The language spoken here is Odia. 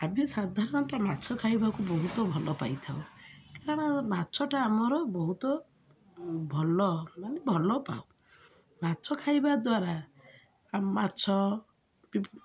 ଆମେ ସାଧାରଣତଃ ମାଛ ଖାଇବାକୁ ବହୁତ ଭଲ ପାଇଥାଉ କାରଣ ମାଛଟା ଆମର ବହୁତ ଭଲ ମାନେ ଭଲ ପାଉ ମାଛ ଖାଇବା ଦ୍ୱାରା ମାଛ